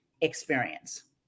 experience